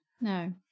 no